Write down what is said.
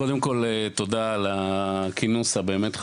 קודם כל תודה על הכינוס הבאמת חשוב,